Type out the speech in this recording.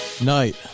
night